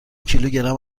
کیلوگرم